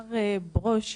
מר ברוש.